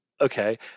Okay